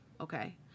Okay